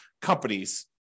companies